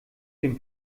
dem